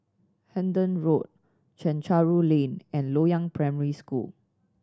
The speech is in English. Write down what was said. Hendon Road Chencharu Lane and Loyang Primary School